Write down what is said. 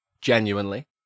genuinely